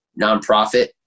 nonprofit